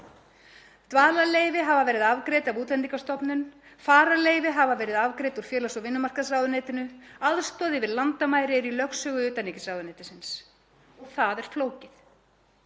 Dvalarleyfi hafa verið afgreidd af Útlendingastofnun. Fararleyfi hafa verið afgreidd úr félags- og vinnumarkaðsráðuneytinu. Aðstoð yfir landamæri er í lögsögu utanríkisráðuneytisins. Það er flókið.